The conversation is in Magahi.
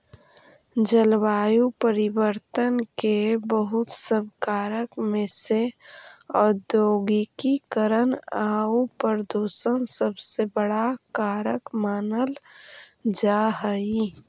जलवायु परिवर्तन के बहुत सब कारक में से औद्योगिकीकरण आउ प्रदूषण सबसे बड़ा कारक मानल जा हई